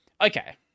Okay